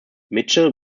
mitchell